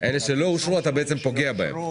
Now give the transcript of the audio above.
אתה פוגע בהם,